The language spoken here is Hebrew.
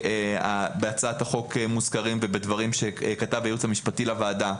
בהצעת החוק ובדברים שכתב הייעוץ המשפטי לוועדה.